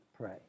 pray